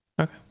Okay